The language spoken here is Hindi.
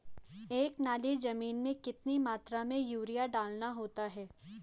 एक नाली जमीन में कितनी मात्रा में यूरिया डालना होता है?